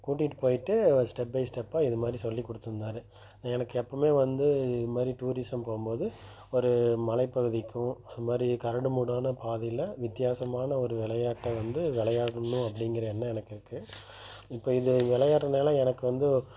கூட்டிகிட்டு போய்விட்டு step by ஸ்டெப்பாக இது மாதிரி சொல்லி கொடுத்திருந்தாரு எனக்கு எப்பவுமே வந்து இது மாதிரி டூரிசம் போகும் போது ஒரு மலைப்பகுதிக்கும் அது மாதிரி கரடுமுரடான பாதையில் வித்தியாசமான ஒரு விளையாட்டை வந்து விளையாடணும் அப்படிங்குற எண்ணம் எனக்கு இருக்குது இப்போ இது விளையாடுகிறதுனால எனக்கு வந்து